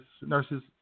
nurses